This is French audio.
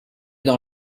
dans